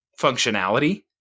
functionality